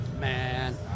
man